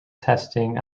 testing